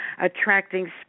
attracting